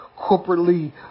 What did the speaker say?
corporately